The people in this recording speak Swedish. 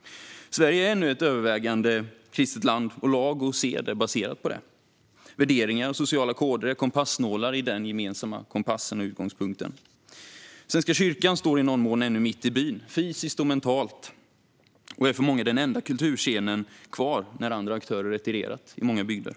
Sverige är ännu ett övervägande kristet land, och lag och sed är baserat på detta. Värderingar och sociala koder är kompassnålar i denna gemensamma kompass och utgångspunkt. Svenska kyrkan står i någon mån ännu mitt i byn, fysiskt och mentalt, och är för många den enda kulturscen som finns kvar när andra aktörer har retirerat i många bygder.